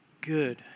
good